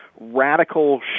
radical